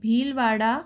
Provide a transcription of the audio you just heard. Bhilwara